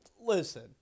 listen